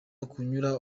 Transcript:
gucyura